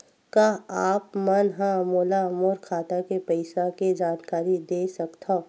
का आप मन ह मोला मोर खाता के पईसा के जानकारी दे सकथव?